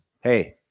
Hey